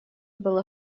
было